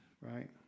right